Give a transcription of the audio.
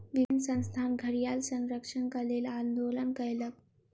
विभिन्न संस्थान घड़ियाल संरक्षणक लेल आंदोलन कयलक